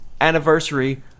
anniversary